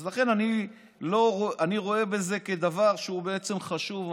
אז לכן אני רואה בזה דבר שהוא בעצם חשוב,